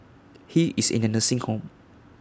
he is in A nursing home